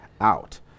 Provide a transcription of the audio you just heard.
out